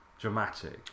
dramatic